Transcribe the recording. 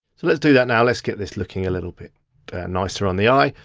so let's do that now, let's get this looking a little bit nicer on the eye.